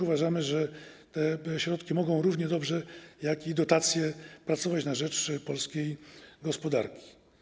Uważamy, że te środki mogą równie dobrze jak i dotacje pracować na rzecz polskiej gospodarki.